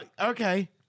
okay